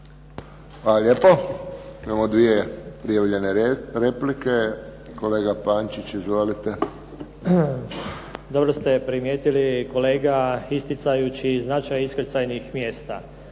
Hvala lijepo. Imamo dvije prijavljene replike. Kolega Pančić. Izvolite. **Pančić, Ivica (SDP)** Dobro ste primijetili kolega isticajući i značaj iskrcajnih mjesta.